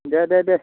दे दे दे